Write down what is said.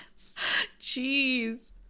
jeez